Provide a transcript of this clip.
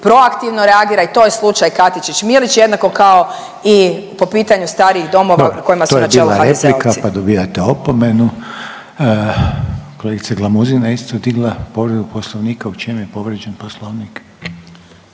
proaktivo reagira i to je slučaj Katičić Milić jednako kao i po pitanju starijih domova kojim su na čelu HDZ-ovci. **Reiner, Željko (HDZ)** Dobro, to je bila replika, pa dobijate opomenu. Kolegica Glamuzina je isto digla povredu Poslovnika. U čem je povrijeđen Poslovnik?